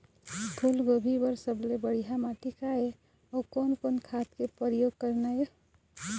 फूलगोभी बर सबले बढ़िया माटी का ये? अउ कोन कोन खाद के प्रयोग करना ये?